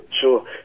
Sure